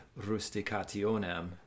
rusticationem